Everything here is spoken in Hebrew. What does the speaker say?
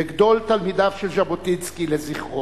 וגדול תלמידיו של ז'בוטינסקי, לזכרו: